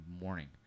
morning